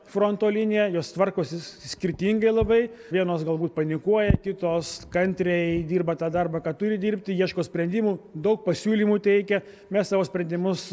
fronto linija jos tvarkosi skirtingai labai vienos galbūt panikuoja kitos kantriai dirba tą darbą ką turi dirbti ieško sprendimų daug pasiūlymų teikia mes savo sprendimus